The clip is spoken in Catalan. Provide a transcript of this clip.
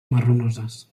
marronoses